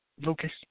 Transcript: Lucas